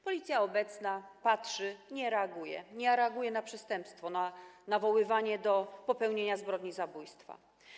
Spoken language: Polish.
Policja jest obecna, patrzy, nie reaguje, nie reaguje na przestępstwo, na nawoływanie do popełnienia zbrodni zabójstwa.